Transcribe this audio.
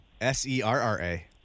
S-E-R-R-A